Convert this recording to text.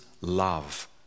love